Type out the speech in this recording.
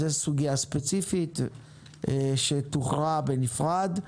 זו סוגיה ספציפית שתוכרע בנפרד.